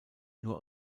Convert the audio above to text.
nur